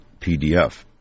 PDF